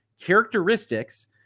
characteristics